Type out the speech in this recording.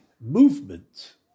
movement